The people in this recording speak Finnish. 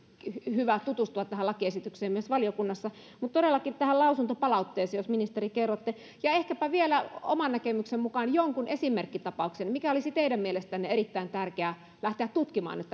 hyvä tutustua tähän lakiesitykseen myös valiokunnassa mutta jos todellakin tähän lausuntopalautteeseen liittyen ministeri kerrotte sen ja ehkäpä vielä oman näkemyksenne mukaan jonkun esimerkkitapauksen siitä mitä olisi teidän mielestänne erittäin tärkeää lähteä tutkimaan nyt